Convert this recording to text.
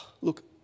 look